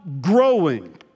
growing